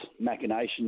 machinations